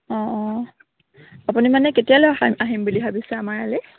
অঁ অঁ আপুনি মানে কেতিয়ালৈ আহা আহিম বুলি ভাবিছে আমাৰ ইয়ালৈ